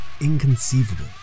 inconceivable